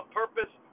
purpose